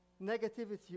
negativity